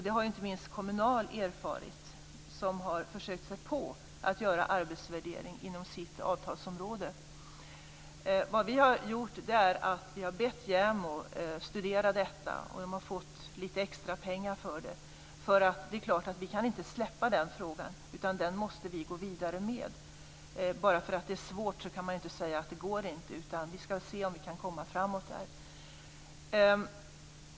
Det har inte minst Kommunal erfarit, som har försökt sig på att göra arbetsvärdering inom sitt avtalsområde. Vad vi har gjort är att vi har bett JämO att studera detta, och man har fått lite extra pengar för det. Vi kan naturligtvis inte släppa den frågan, utan den måste vi gå vidare med. Bara för att det är svårt kan man inte säga att det inte går. Vi ska se om vi kan komma framåt här.